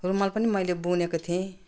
रुमाल पनि मैले बुनेको थिएँ